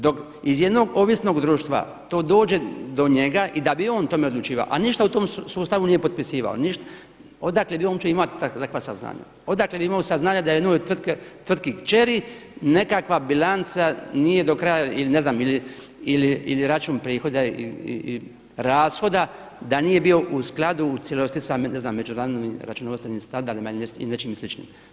Dok iz jednog ovisnog društva to dođe do njega i da bi on o tome odlučivao a ništa u tom sustavu nije potpisivao, ništa, odakle bi on uopće imao takva saznanja, odakle bi imao saznanja da je jednoj tvrtki kćeri nekakva bilanca nije do kraja ili ne znam, ili račun prihoda ili rashoda da nije bio u skladu u cijelosti sa ne znam međunarodno računovodstvenim standardima ili nečime sličnim.